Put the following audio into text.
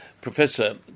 Professor